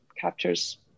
captures